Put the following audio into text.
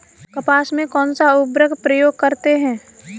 कपास में कौनसा उर्वरक प्रयोग करते हैं?